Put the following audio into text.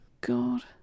God